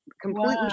completely